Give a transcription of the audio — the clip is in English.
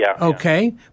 Okay